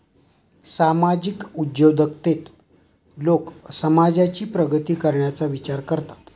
सामाजिक उद्योजकतेत लोक समाजाची प्रगती करण्याचा विचार करतात